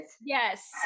Yes